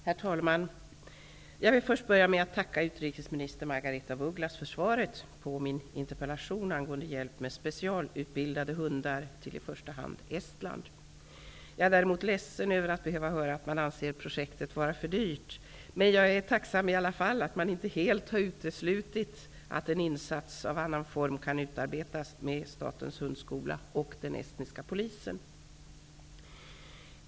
Herr talman! Jag vill börja med att tacka utrikesminister Margaretha af Ugglas för svaret på min interpellation angående hjälp med specialutbildade hundar till i första hand Estland. Jag är ledsen över att behöva höra att man anser projektet vara för dyrt, men jag är ändå tacksam för att man inte helt har uteslutit att en insats i annan form kan utarbetas med Statens hundskola och den estniska polisen.